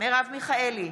מרב מיכאלי,